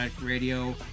Radio